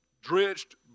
drenched